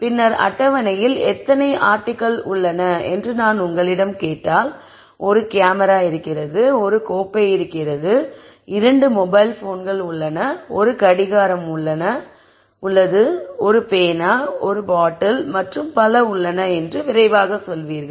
பின்னர் அட்டவணையில் எத்தனை ஆர்டிகிள் உள்ளன என்று நான் உங்களிடம் கேட்டால் ஒரு கேமரா இருக்கிறது ஒரு கோப்பை இருக்கிறது இரண்டு மொபைல் போன்கள் உள்ளன ஒரு கடிகாரம் உள்ளது ஒரு பேனா பாட்டில் மற்றும் பல உள்ளன என்று விரைவாக சொல்வீர்கள்